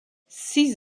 six